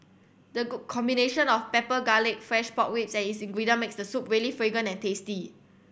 the good combination of pepper garlic fresh pork ribs as ingredient makes the soup really fragrant and tasty